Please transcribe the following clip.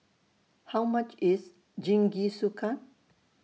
How much IS Jingisukan